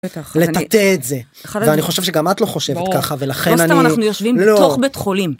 בטח. לטאטא את זה. אחד הדב... ואני חושב שגם את לא חושבת ככה. ברור. ולכן אני... לא סתם אנחנו יושבים בתוך בית חולים.